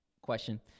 Question